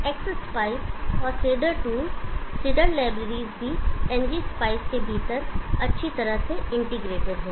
Xspice और Cedar tools Cedar libraries भी ngspice के भीतर अच्छी तरह से इंटीग्रेट कर रहे हैं